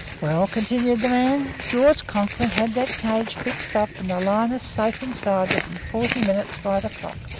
well, continued the man, george conklin had that cage fixed up and the lioness safe inside within forty minutes by the clock.